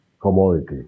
commodity